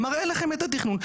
מראה לכם את התכנון,